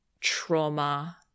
trauma